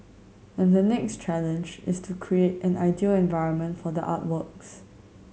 and the next challenge is to create an ideal environment for the artworks